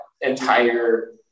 entire